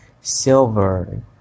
silver